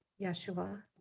yeshua